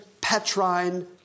Petrine